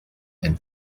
and